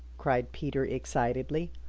cried peter excitedly,